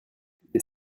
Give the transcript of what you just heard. des